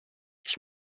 ich